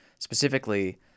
Specifically